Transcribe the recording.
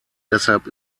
deshalb